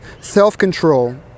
self-control